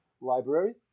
library